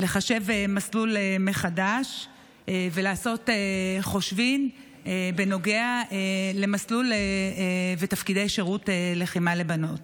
לחשב מסלול מחדש ולעשות חושבים בנוגע למסלול ותפקידי שירות לחימה לבנות,